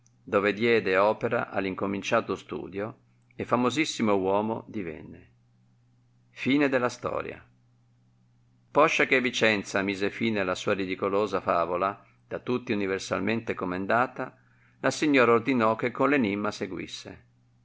dove diede opera all'incominciato studio e famosissimo uomo divenne poscia che vicenza mise fine alla sua ridicolosa favola da tutti universalmente comendata la signora ordinò che con l enimma seguisse